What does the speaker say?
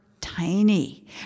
tiny